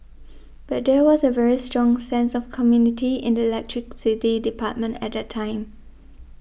but there was a very strong sense of community in the electricity department at that time